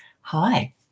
hi